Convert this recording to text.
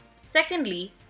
Secondly